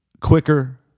quicker